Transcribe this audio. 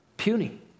puny